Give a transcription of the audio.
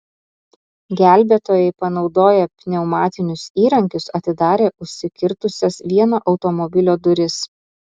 gelbėtojai panaudoję pneumatinius įrankius atidarė užsikirtusias vieno automobilio duris